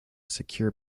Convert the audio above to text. secure